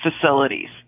facilities